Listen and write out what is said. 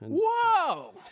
Whoa